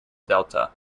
delta